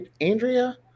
Andrea